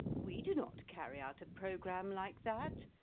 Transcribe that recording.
we do not carry out a programme like that.